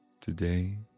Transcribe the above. Today